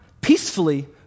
peacefully